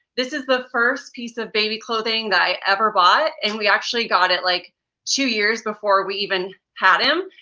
this is the first piece of baby clothing that i ever bought. and we actually got it like two years before we even had him.